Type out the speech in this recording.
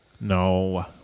No